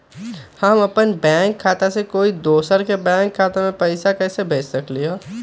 हम अपन बैंक खाता से कोई दोसर के बैंक खाता में पैसा कैसे भेज सकली ह?